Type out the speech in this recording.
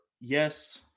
yes –